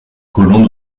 colomb